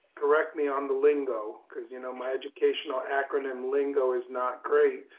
correct me on the lingo cause you know, my educational acronym lingo is not great,